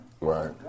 Right